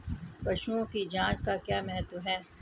पशुओं की जांच का क्या महत्व है?